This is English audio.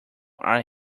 are